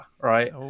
right